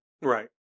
Right